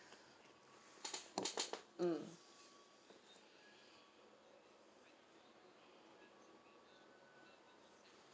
mm